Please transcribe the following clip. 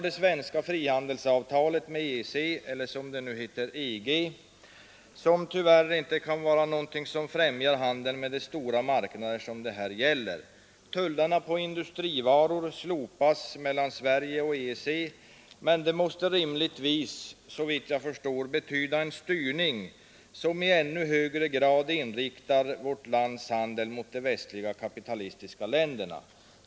Det svenska frihandelsavtalet med EEC — eller, som det nu heter, EG — kan tyvärr inte vara något som främjar handeln med de stora marknader som det här gäller. Tullarna på industrivaror slopas mellan Sverige och EEC, men det måste rimligtvis, såvitt jag förstår, betyda en styrning, som i ännu högre grad inriktar vårt lands handel mot de västliga kapitalistiska länderna.